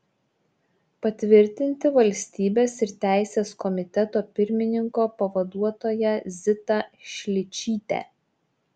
patvirtinti valstybės ir teisės komiteto pirmininko pavaduotoja zitą šličytę